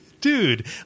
dude